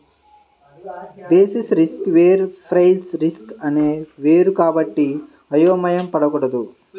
basis risk వేరు price risk అనేది వేరు కాబట్టి అయోమయం పడకూడదు